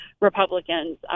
Republicans